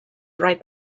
right